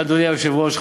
אדוני היושב-ראש,